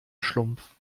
schlumpf